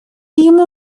ему